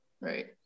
right